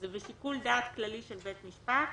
זה בשיקול דעת כללי של בית משפט.